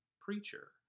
preacher